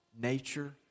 nature